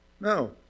No